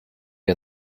you